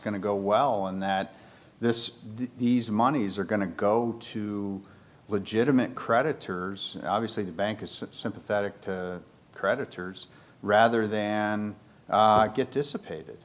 going to go well and that this these monies are going to go to legitimate creditors obviously the bank is sympathetic to creditors rather than get dissipated